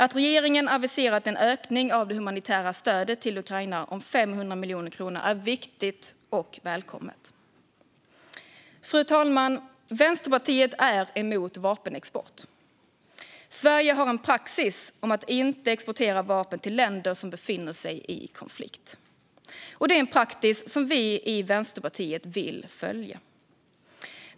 Att regeringen har aviserat en ökning av det humanitära stödet till Ukraina om 500 miljoner kronor är viktigt och välkommet. Fru talman! Vänsterpartiet är emot vapenexport. Sverige har en praxis att inte exportera vapen till länder som befinner sig i konflikt. Det är en praxis som vi i Vänsterpartiet vill följa.